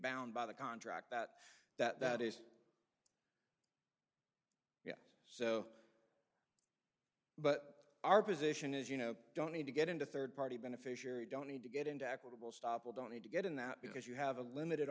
bound by the contract that that is so but our position is you know don't need to get into third party beneficiary don't need to get into aquittal stop we don't need to get in that because you have a limited